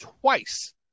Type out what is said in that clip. twice